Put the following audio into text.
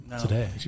today